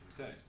Okay